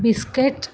biscuit